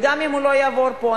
וגם אם הוא לא יעבור פה,